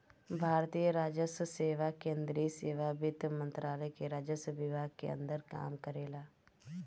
भारतीय राजस्व सेवा केंद्रीय सेवा वित्त मंत्रालय के राजस्व विभाग के अंदर काम करेला